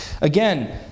Again